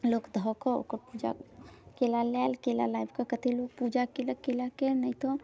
लोक धऽ कऽ ओकर पूजा केला लाएल केला लाबि कऽ कतेक लोक पूजा कयलक केलाके नहि तऽ